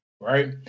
right